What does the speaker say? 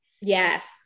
Yes